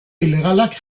ilegalak